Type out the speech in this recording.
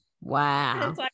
Wow